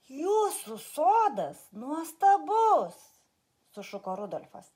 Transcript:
jūsų sodas nuostabus sušuko rudolfas